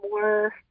more